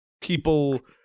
people